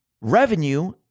revenue